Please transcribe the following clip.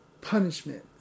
Punishment